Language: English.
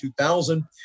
2000